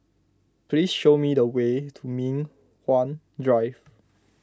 please show me the way to Mei Hwan Drive